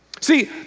See